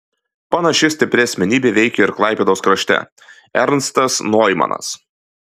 panaši stipri asmenybė veikė ir klaipėdos krašte ernstas noimanas